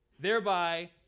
thereby